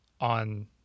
on